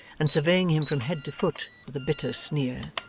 and surveying him from head to foot with a bitter sneer,